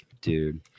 Dude